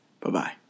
Bye-bye